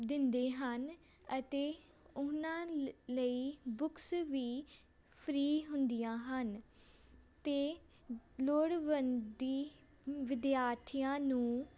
ਦਿੰਦੇ ਹਨ ਅਤੇ ਉਨ੍ਹਾਂ ਲ ਲਈ ਬੁੱਕਸ ਵੀ ਫਰੀ ਹੁੰਦੀਆਂ ਹਨ ਅਤੇ ਲੋੜਵੰਦ ਵਿਦਿਆਰਥੀਆਂ ਨੂੰ